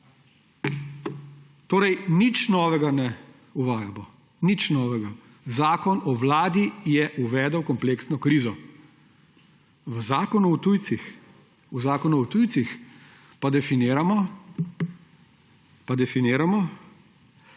Torej nič novega ne uvajamo, nič novega. Zakon o vladi je uvedel kompleksno krizo, v Zakonu o tujcih pa definiramo, kaj se bo